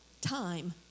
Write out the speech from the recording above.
time